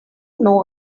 know